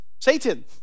Satan